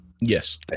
Yes